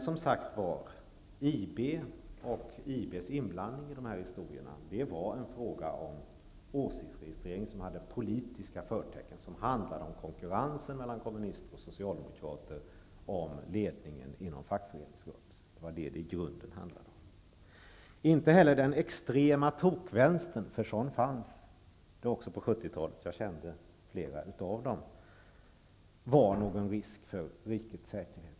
Som sagt: IB och IB:s inblandning i dessa historier var en fråga om åsiktsregistrering med politiska förtecken, som i grunden handlade om konkurrensen mellan kommunister och socialdemokrater om ledningen inom fackföreningsrörelsen. Inte heller den extrema tokvänstern -- för det fanns en sådan i början av 70-talet; jag kände flera av medlemmarna -- var någon risk för rikets säkerhet.